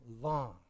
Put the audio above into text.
long